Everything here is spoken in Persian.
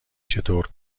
چطور